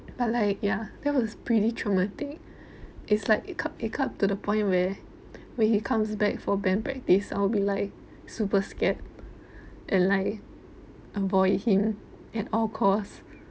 but like yah that was pretty traumatic it's like it come it come to the point where when he comes back for band practice I will be like super scared and like avoid him at all cost